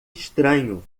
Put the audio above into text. estranho